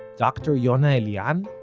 dr. yonah elian?